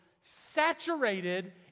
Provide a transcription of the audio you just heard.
saturated